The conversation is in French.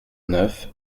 neuf